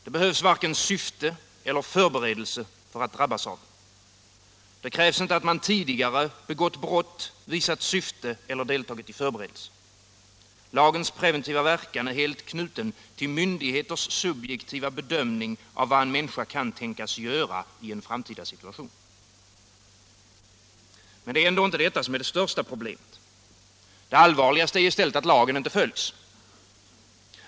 Det behövs varken syfte eller förberedelse för att drabbas av den. Det krävs inte att man tidigare begått brott, visat syfte eller deltagit i förberedelse. Lagens preventiva verkan är helt knuten till myndigheters subjektiva bedömning av vad en människa kan tänkas göra i en framtida situation. Men det är inte detta som är det största problemet. Det allvarligaste är i stället att lagen inte följs.